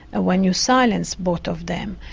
when you silence both of them,